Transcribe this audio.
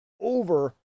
over